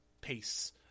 pace